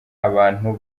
abantu